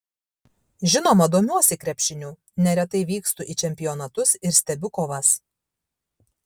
žinoma domiuosi krepšiniu neretai vykstu į čempionatus ir stebiu kovas